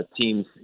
teams